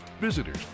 visitors